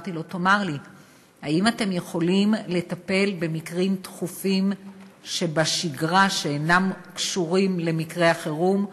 האם אתם יכולים לטפל במקרים דחופים שבשגרה שאינם קשורים למקרה החירום?